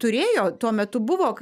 turėjo tuo metu buvo